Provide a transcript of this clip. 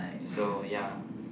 so ya